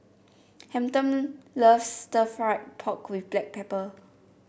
Hampton loves stir fry pork with Black Pepper